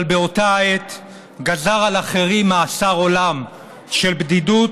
אבל באותה העת גזר על אחרים מאסר עולם של בדידות,